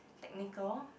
technical